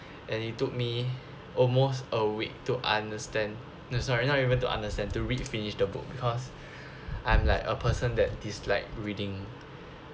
and it took me almost a week to understand no sorry not even to understand to read finish the book because I'm like a person that dislike reading